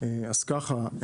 אז ככה,